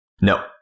no